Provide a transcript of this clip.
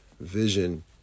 vision